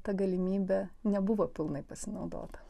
ta galimybe nebuvo pilnai pasinaudota